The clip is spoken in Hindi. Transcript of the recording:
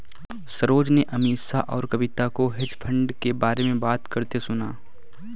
सरोज ने अमीषा और कविता को हेज फंड के बारे में बात करते सुना